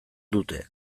dute